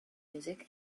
music